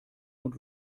und